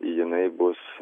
jinai bus